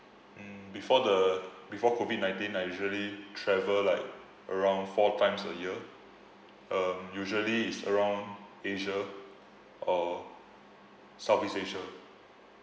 mm before the before COVID nineteen I usually travel like around four times a year um usually is around asia or south east asia